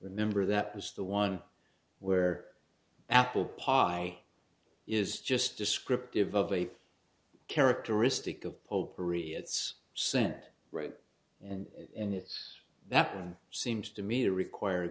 remember that was the one where apple pie is just descriptive of a characteristic of potpourri it's sent right and in it that seems to me to require a